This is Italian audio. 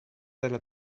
della